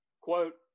quote